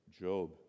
Job